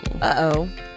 Uh-oh